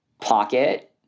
Pocket